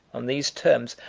on these terms,